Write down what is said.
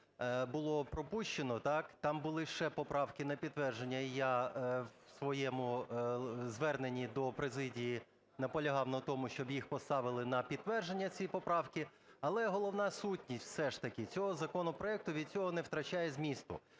було пропущено, так, там були ще поправки на підтвердження. Я в своєму зверненні до президії наполягав на тому, щоб їх поставили на підтвердження, ці поправки. Але головна сутність, все ж таки, цього законопроекту від цього не втрачає змісту.